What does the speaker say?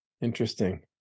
interesting